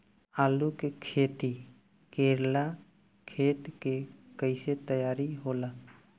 आलू के खेती करेला खेत के कैसे तैयारी होला?